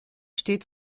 steht